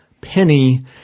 Penny